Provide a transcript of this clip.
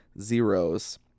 Zeros